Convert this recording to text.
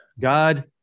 God